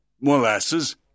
molasses